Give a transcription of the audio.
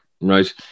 Right